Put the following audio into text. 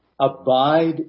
Abide